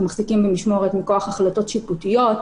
מחזיקים במשמורת מכוח החלטות שיפוטיות,